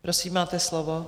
Prosím, máte slovo.